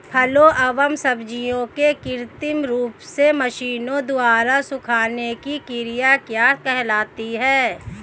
फलों एवं सब्जियों के कृत्रिम रूप से मशीनों द्वारा सुखाने की क्रिया क्या कहलाती है?